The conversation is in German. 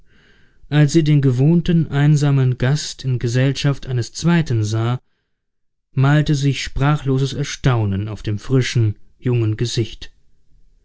als sie den gewohnten einsamen gast in gesellschaft eines zweiten sah malte sich sprachloses erstaunen auf dem frischen jungen gesicht